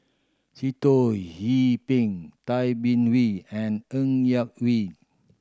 Sitoh Yih Pin Tay Bin Wee and Ng Yak Whee